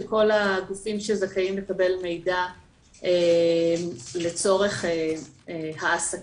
שכל הגופים שזכאים לקבל מידע לצורך העסקה,